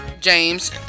James